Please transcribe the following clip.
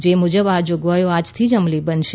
જે મુજબ આ જોગવાઈઓ આજથી જ અમલી બનશે